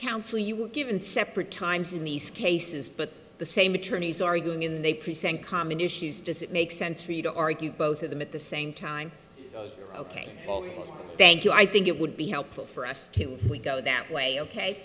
counsel you were given separate times in these cases but the same attorneys arguing in the present common issues does it make sense for you to argue both of them at the same time ok thank you i think it would be helpful for us we go that way ok